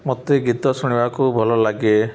ମୋତେ ଗୀତ ଶୁଣିବାକୁ ଭଲ ଲାଗେ